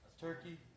Turkey